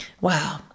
Wow